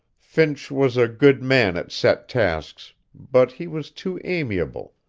finch was a good man at set tasks, but he was too amiable,